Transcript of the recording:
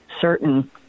certain